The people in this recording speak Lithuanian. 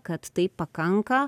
kad taip pakanka